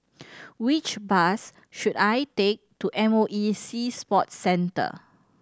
which bus should I take to M O E Sea Sports Centre